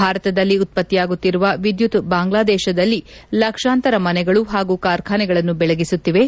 ಭಾರತದಲ್ಲಿ ಉತ್ಪತ್ತಿಯಾಗುತ್ತಿರುವ ವಿದ್ಯುತ್ ಬಾಂಗ್ಲಾದೇಶದಲ್ಲಿ ಲಕ್ಷಾಂತರ ಮನೆಗಳು ಹಾಗೂ ಕಾರ್ಖಾನೆಗಳನ್ನು ಬೆಳಗಿಸುತ್ತಿವೆ